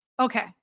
Okay